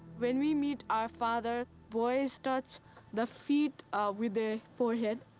when we meet our father, boys touch the feet with their forehead,